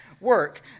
work